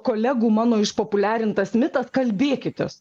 kolegų mano išpopuliarintas mitas kalbėkitės